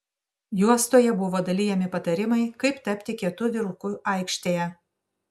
juostoje buvo dalijami patarimai kaip tapti kietu vyruku aikštėje